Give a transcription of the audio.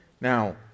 Now